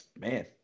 Man